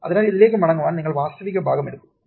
അതിനാൽ ഇതിലേക്ക് മടങ്ങാൻ നിങ്ങൾ വാസ്തവിക ഭാഗം എടുക്കും